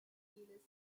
gilles